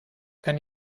kann